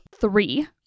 Three